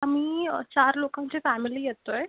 अमी चार लोकांची फॅमिली येतो आहे